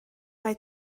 mae